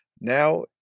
Now